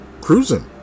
cruising